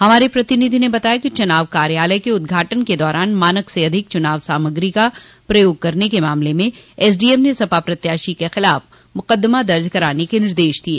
हमारे प्रतिनिधि ने बताया कि चुनाव कार्यालय के उद्घाटन के दौरान मानक से अधिक चुनाव सामग्री का प्रयोग करने के मामले में एसडीएम ने सपा प्रत्याशी के खिलाफ मुकदमा दर्ज करने के निर्देश दिये